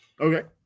Okay